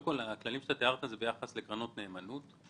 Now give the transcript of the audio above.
הכללים שתיארת הם ביחס לקרנות נאמנות.